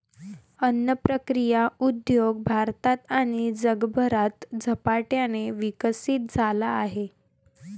अन्न प्रक्रिया उद्योग भारतात आणि जगभरात झपाट्याने विकसित झाला आहे